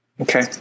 Okay